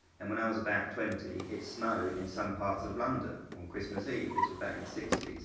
and when i was about twenty, it snowed in some parts of london on christmas eve this was back in the sixty s.